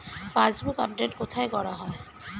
Passbook update কোথায় করা হয়?